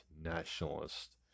nationalist